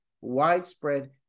widespread